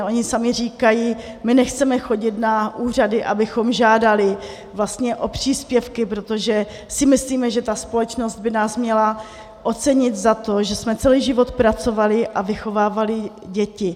Oni sami říkají: my nechceme chodit na úřady, abychom žádali o příspěvky, protože si myslíme, že společnost by nás měla ocenit za to, že jsme celý život pracovali a vychovávali děti.